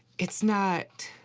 it's not.